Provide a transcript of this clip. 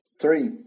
three